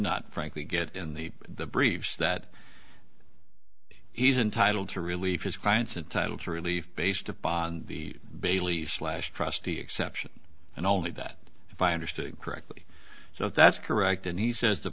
not frankly get in the briefs that he's entitled to relief his clients entitle to relief based upon the bailey slash trustee exception and only that if i understood correctly so if that's correct and he says the